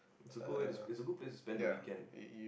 it's a good way to it's a good place to spend the weekend